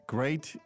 Great